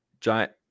giant